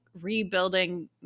rebuilding